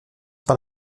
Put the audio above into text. par